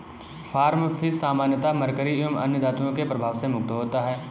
farm fish सामान्यतः mercury एवं अन्य धातुओं के प्रभाव से मुक्त होता है